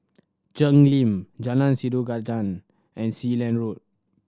Cheng Lim Jalan Sikudangan and Sealand Road